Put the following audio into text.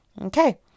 okay